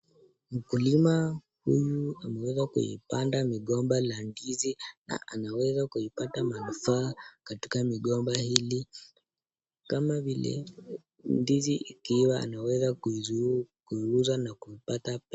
Mkulima huyu ameweza kuipanda migomba ya ndizi, na anaweza kupata manufaa katika migomba hizi, kama vile, ndizi zikiiva anaweza kuziiuza na kupata pesa.